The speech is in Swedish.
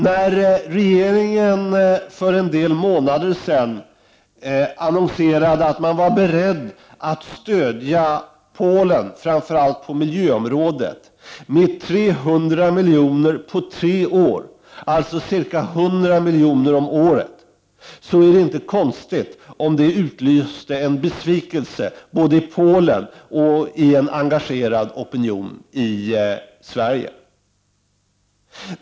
När regeringen för en del månader sedan annonserade att den var beredd att stödja Polen, framför allt på miljöområdet, med 300 miljoner på tre år, alltså ca 100 miljoner om året, var det inte konstigt att det utlöste en besvikelse både i Polen och i en engagerad opinion i Sverige.